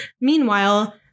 Meanwhile